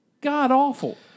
god-awful